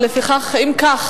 אם כך,